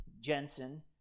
Jensen